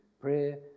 prayer